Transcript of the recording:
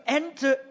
enter